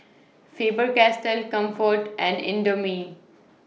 Faber Castell Comfort and Indomie